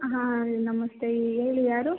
hi ನಮಸ್ತೆ ಹೇಳಿ ಯಾರು